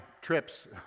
trips